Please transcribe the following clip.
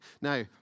Now